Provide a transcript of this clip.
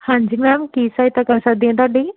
ਹਾਂਜੀ ਮੈਮ ਕੀ ਸਹਾਇਤਾ ਕਰ ਸਕਦੀ ਹਾਂ ਤੁਹਾਡੀ